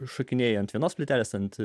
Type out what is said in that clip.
šokinėjant vienos plytelės ant